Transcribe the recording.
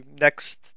next